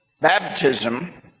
baptism